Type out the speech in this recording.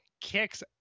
kicks